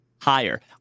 higher